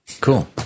cool